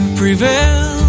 prevail